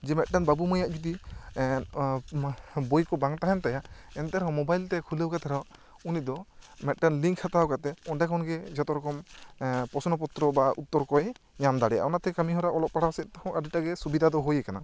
ᱡᱮ ᱢᱤᱫᱴᱮᱱ ᱵᱟᱹᱵᱩ ᱢᱟᱹᱭᱟᱜ ᱡᱩᱫᱤ ᱵᱳᱭ ᱠᱚ ᱵᱟᱝ ᱛᱟᱦᱮᱱ ᱛᱟᱭᱟ ᱮᱱᱛᱮ ᱨᱮᱦᱚᱸ ᱢᱳᱵᱟᱭᱤᱞ ᱛᱮ ᱠᱷᱩᱞᱟᱹᱣ ᱠᱟᱛᱮ ᱨᱮᱦᱚᱸ ᱩᱱᱤ ᱫᱚ ᱢᱤᱫᱴᱮᱱ ᱞᱤᱝᱠ ᱦᱟᱛᱟᱣ ᱠᱟᱛᱮ ᱚᱸᱰᱮ ᱠᱷᱚᱱ ᱜᱮ ᱡᱚᱛᱚ ᱨᱚᱠᱚᱢ ᱯᱚᱥᱱᱚ ᱯᱚᱛᱨᱚ ᱵᱟ ᱩᱛᱛᱚᱨ ᱠᱚᱭ ᱧᱟᱢ ᱫᱟᱲᱮᱭᱟᱜᱼᱟ ᱚᱱᱟ ᱛᱮ ᱠᱟᱹᱢᱤ ᱦᱚᱨᱟ ᱚᱞᱚᱜ ᱯᱟᱲᱦᱟᱣ ᱥᱮᱫ ᱛᱮᱦᱚᱸ ᱟᱹᱰᱤ ᱴᱟᱜᱮ ᱥᱩᱵᱤᱫᱟ ᱫᱚ ᱦᱩᱭ ᱟᱠᱟᱱᱟ